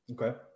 okay